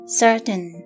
certain